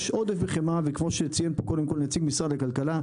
יש עודף בחמאה וכמו שציין נציג משרד הכלכלה,